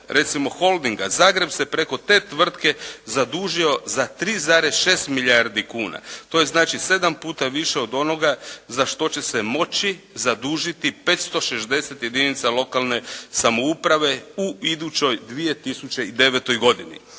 recimo Holdinga, Zagreb se preko te tvrtke zadužio za 3,6 milijardi kuna. To je znači 7 puta više od onoga za što će se moći zadužiti 560 jedinica lokalne samouprave u idućoj 2009. godini.